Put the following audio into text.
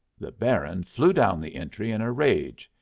the baron flew down the entry in a rage.